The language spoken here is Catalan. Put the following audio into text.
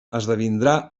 esdevindrà